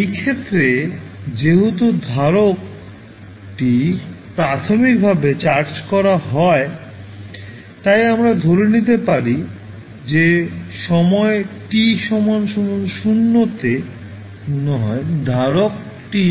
এই ক্ষেত্রে যেহেতু ধারক টি প্রাথমিকভাবে চার্জ করা হয় তাই আমরা ধরে নিতে পারি যে সময় t 0 হয় ধারক টি